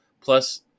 Plus